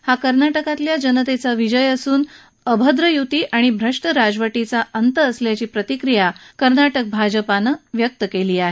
हा कर्नाटकातल्या जनतेचा विजय असून अभद्र युती आणि भ्रष्ट राजवटीचा अंत आहे अशी प्रतिक्रिया कर्नाटक भाजपानं व्यक्त केली आहे